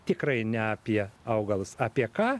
tikrai ne apie augalus apie ką